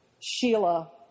Sheila